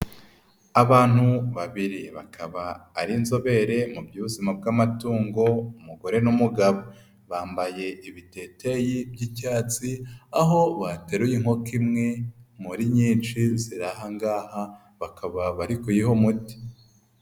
Abantu babiri bakaba ari inzobere mu by'ubuzima bw'amatungo umugore n'umugabo, bambaye ibiteteri by'icyatsi, aho bateruye inkoko imwe muri nyinshi ziri aha ngaha, bakaba bari kuyiha umuti.